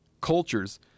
cultures